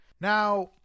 Now